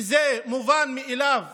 שזה מובן מאליו